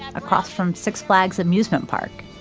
across from six flags amusement park,